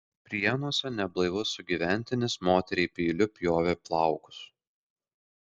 prienuose neblaivus sugyventinis moteriai peiliu pjovė plaukus